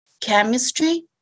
chemistry